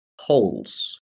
holes